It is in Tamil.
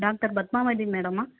டாக்டர் பத்மாவதி மேடமா